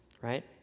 Right